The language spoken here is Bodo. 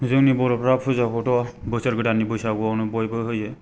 जोंनि बर'फोरा पुजाखौथ' बोसोर गोदाननि बैसागुआवनो बयबो होयो